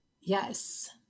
Yes